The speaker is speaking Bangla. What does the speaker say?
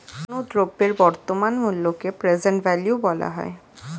কোনো দ্রব্যের বর্তমান মূল্যকে প্রেজেন্ট ভ্যালু বলা হয়